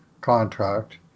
contract